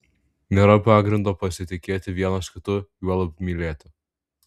nėra pagrindo pasitikėti vienas kitu juolab mylėti